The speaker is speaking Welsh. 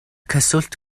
cyswllt